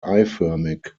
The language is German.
eiförmig